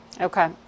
Okay